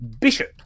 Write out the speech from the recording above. Bishop